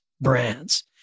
brands